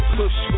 push